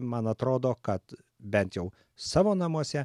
man atrodo kad bent jau savo namuose